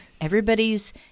everybody's